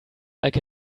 like